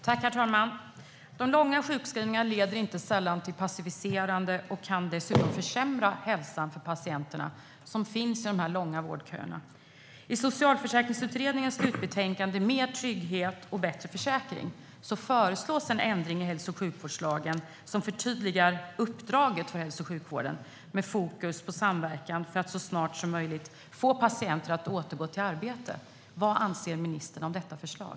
Herr talman! De långa sjukskrivningarna leder inte sällan till passivitet och kan dessutom försämra hälsan för patienterna i de långa vårdköerna. I Socialförsäkringsutredningens slutbetänkande Mer trygghet och bätt re försäkring föreslås en ändring i hälso och sjukvårdslagen som förtydligar uppdraget för hälso och sjukvården, med fokus på samverkan för att så snart som möjligt få patienter att återgå till arbete. Vad anser ministern om detta förslag?